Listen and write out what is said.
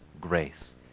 grace